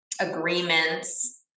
agreements